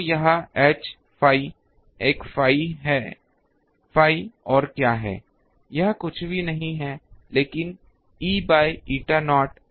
तो यह H phi एक phi और क्या है यह कुछ भी नहीं है लेकिन E बाय ईटा नॉट